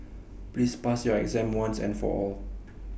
please pass your exam once and for all